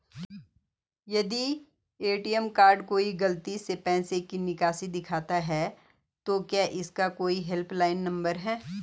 यदि ATM card गलती से पैसे की निकासी दिखाता है तो क्या इसका कोई हेल्प लाइन नम्बर है?